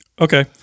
Okay